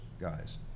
guys